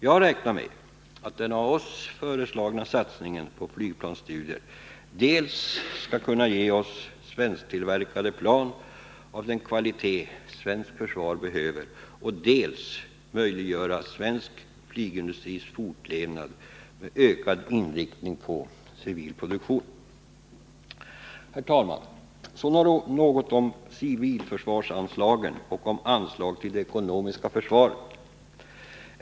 Jag räknar med att den av oss föreslagna satsningen på flygplansstudier dels skall ge oss svensktillverkade plan av den kvalitet svenskt försvar behöver, dels möjliggöra svensk flygindustris fortlevnad men med ökad inriktning på civil produktion. Herr talman! Så något om civilförsvarsanslagen och om anslag till det ekonomiska försvaret.